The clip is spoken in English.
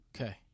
Okay